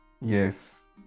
Yes